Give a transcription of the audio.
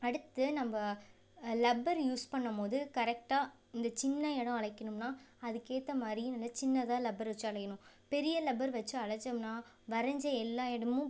அடுத்து நம்ம rubber use பண்ணம் போது கரெக்டாக இந்த சின்ன இடம் அலைக்கணும்னா அதுக்கேற்ற மாதிரி நல்ல சின்னதா லப்பர் வச்சு அலைக்கணும் பெரிய லப்பர் வச்சு அலைச்சோம்னா வரைஞ்ச எல்லா இடமும்